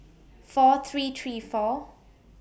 four three three four